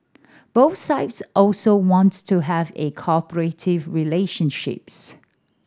both sides also want to have a cooperative relationships